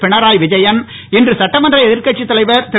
பினராய் விஜயன் இன்று சட்டமன்ற எதிர்க்கட்சித் தலைவர் திரு